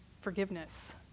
forgiveness